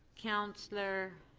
counselor